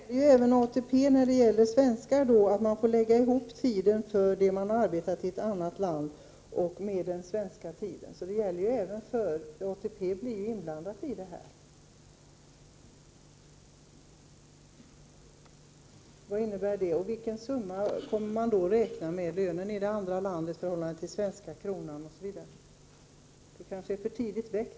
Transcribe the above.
Herr talman! Det berör ATP för svenskar, för man får lägga ihop den tid man har arbetat i annat land med den ”svenska” tiden. Så ATP blir alltså berörd. Vad innebär det? Vilken summa kommer man att räkna? Hur värderar man lönen i ett annat land i förhållande till den svenska kronan, osv.? Frågan är kanske för tidigt väckt.